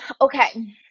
Okay